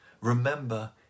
Remember